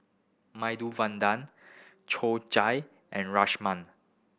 Medu Vada Chorizo and Rajma